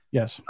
Yes